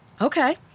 okay